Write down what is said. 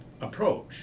approach